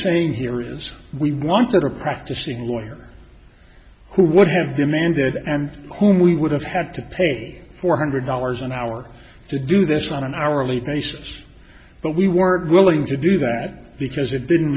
saying here is we wanted a practicing lawyer who would have demanded and whom we would have had to pay four hundred dollars an hour to do this on an hourly basis but we weren't willing to do that because it didn't